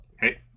Hey